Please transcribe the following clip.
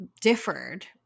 differed